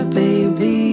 baby